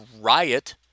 riot